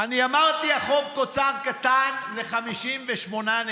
אני אמרתי שהחוב תוצר קטן ל-58%,